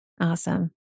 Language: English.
Awesome